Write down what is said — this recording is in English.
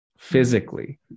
Physically